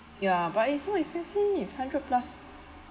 ya but it's so expensive hundred plus